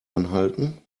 anhalten